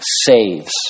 saves